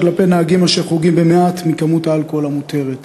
כלפי נהגים שחורגים במעט מכמות האלכוהול המותרת.